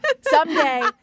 Someday